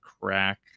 crack